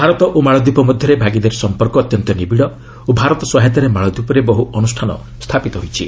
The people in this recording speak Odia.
ଭାରତ ଓ ମାଳଦୀପ ମଧ୍ୟରେ ଭାଗିଦାରୀ ସଂପର୍କ ଅତ୍ୟନ୍ତ ନିବିଡ଼ ଓ ଭାରତ ସହାୟତାରେ ମାଳଦୀପରେ ବହୁ ଅନୁଷ୍ଠାନ ସ୍ଥାପିତ ହୋଇଛି